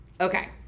okay